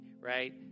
Right